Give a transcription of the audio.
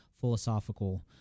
philosophical